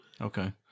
Okay